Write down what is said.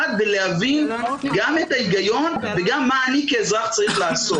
ולהבין גם את ההיגיון וגם מה אני כאזרח צריך לעשות.